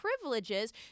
privileges